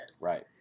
Right